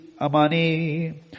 Amani